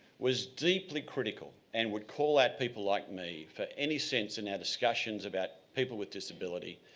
was deeply critical and would call out people like me for any sense in our discussions about people with disability,